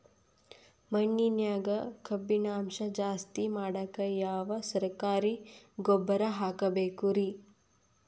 ಮಣ್ಣಿನ್ಯಾಗ ಕಬ್ಬಿಣಾಂಶ ಜಾಸ್ತಿ ಮಾಡಾಕ ಯಾವ ಸರಕಾರಿ ಗೊಬ್ಬರ ಹಾಕಬೇಕು ರಿ?